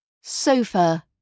Sofa